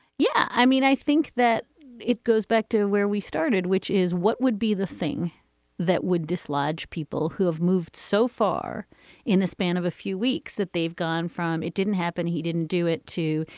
yeah i mean, i think that it goes back to where we started, which is what would be the thing that would dislodge people who have moved so far in the span of a few weeks that they've gone from. it didn't happen. he didn't do it, too.